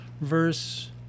verse